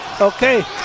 okay